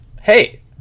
hey